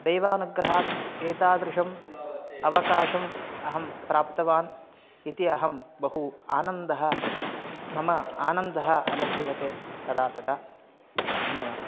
देवानुग्रहात् एतादृशम् अवकाशम् अहं प्राप्तवान् इति अहं बहु आनन्दः मम आनन्दः अनुभूयते तदा तदा धन्यवादः